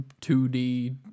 2D